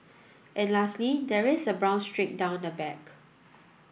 and lastly there is a brown streak down the back